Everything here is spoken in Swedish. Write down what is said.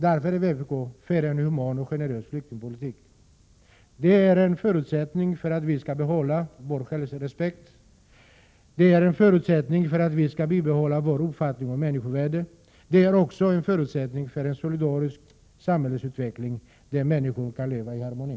Därför är vi för en human och generös flyktingpolitik. Det är en förutsättning för att vi skall bibehålla vår självrespekt. Det är också en förutsättning för att vi skall bibehålla vår uppfattning om människovärdet. Vidare är det en förutsättning för en solidarisk samhällsutveckling, som innebär att människor kan leva i harmoni.